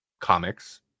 comics